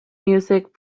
music